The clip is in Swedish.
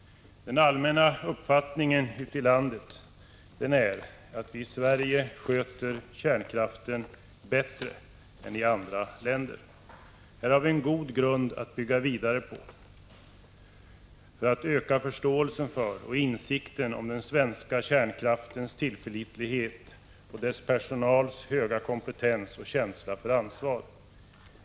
Den allmänna uppfattningen ute i landet är att vi i Sverige sköter kärnkraften bättre än i andra länder. Här har vi en god grund att bygga vidare på, för att öka förståelsen för och insikten om den svenska kärnkraftens tillförlitlighet och dess personals goda kompetens och känsla för ansvar.